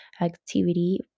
activity